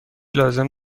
لازم